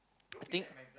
I think